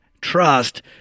trust